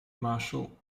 marshall